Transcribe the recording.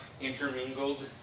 intermingled